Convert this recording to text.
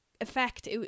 effect